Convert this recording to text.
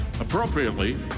Appropriately